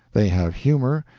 they have humor,